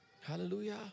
Hallelujah